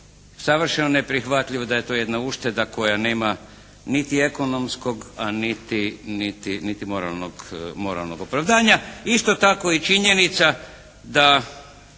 savršeno neprihvatljivo, da je to jedna ušteda koja nema niti ekonomskog a niti moralnog opravdanja. Isto tako i činjenica da